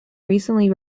recently